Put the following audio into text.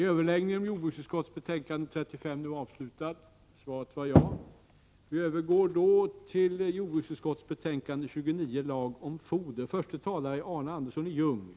Kammaren övergår nu till att debattera jordbruksutskottets betänkande 29 om lag om foder.